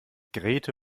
grete